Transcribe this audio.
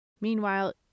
Meanwhile